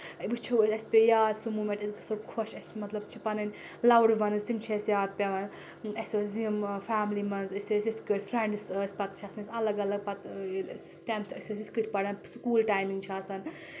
وٕچھو أسۍ اَسہِ پیٚیہِ یاد سُہ موٗمؠنٛٹ أسۍ گژھو خۄش اَسہِ مطلب چھِ پَنٕنۍ لَوڈ وَنٕز تِم چھِ اَسہِ یاد پؠوان اَسہِ ٲسۍ یِم فیملی منٛز أسۍ ٲسۍ یِتھ کٲٹھۍ فرٛؠنٛڈٕس ٲسۍ پَتہٕ چھِ آسان أسۍ الگ الگ پَتہٕ ییٚلہِ أسۍ ٹؠنتھ ٲسۍ أسۍ یِتھ کٲٹھۍ پَڑان سکوٗل ٹایمِنٛگ چھِ آسان